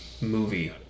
movie